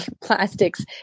plastics